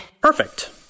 Perfect